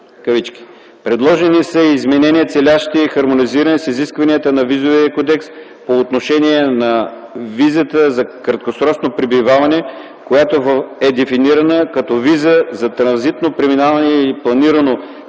Предложени са и изменения, целящи хармонизиране с изискванията на Визовия кодекс по отношение на визата за краткосрочно пребиваване, която е дефинирана като виза за транзитно преминаване или за планирано пребиваване